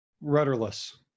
Rudderless